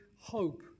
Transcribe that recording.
hope